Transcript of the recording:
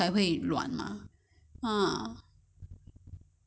you want me to put like tau pok you know that kind of thing inside